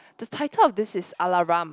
the title of this is Alaram